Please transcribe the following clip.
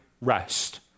rest